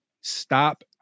stop